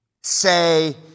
Say